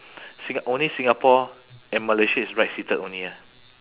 singa~ only singapore and malaysia is right seated only ah